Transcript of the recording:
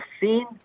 seen